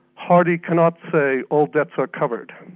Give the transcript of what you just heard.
hardie cannot say all debts are covered.